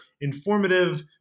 informative